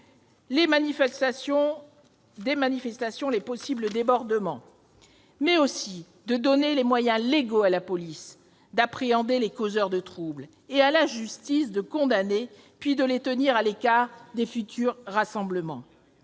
des manifestations, mais aussi de donner les moyens légaux à la police d'appréhender les causeurs de trouble, et à la justice de les condamner puis de les tenir à l'écart des futurs rassemblements.